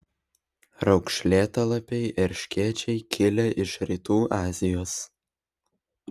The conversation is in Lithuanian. raukšlėtalapiai erškėčiai kilę iš rytų azijos